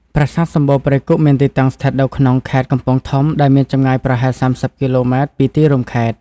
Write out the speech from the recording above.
ប្រាសាទសំបូរព្រៃគុក មានទីតាំងស្ថិតនៅក្នុងខេត្តកំពង់ធំ ដែលមានចម្ងាយប្រហែល ៣០ គីឡូម៉ែត្រពីទីរួមខេត្ត។